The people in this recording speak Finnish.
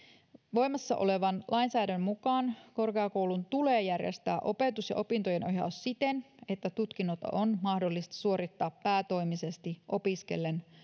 voimassa olevan lainsäädännön mukaan korkeakoulun tulee järjestää opetus ja opintojenohjaus siten että tutkinnot on mahdollista suorittaa päätoimisesti opiskellen